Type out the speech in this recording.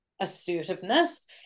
assertiveness